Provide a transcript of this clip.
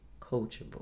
coachable